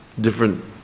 different